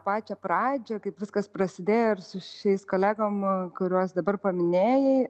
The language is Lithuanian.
pačią pradžią kaip viskas prasidėjo ir su šiais kolegom kuriuos dabar paminėjai